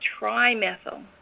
trimethyl